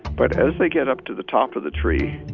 but as they get up to the top of the tree,